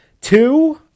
Two